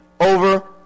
over